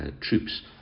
troops